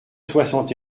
soixante